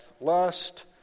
lust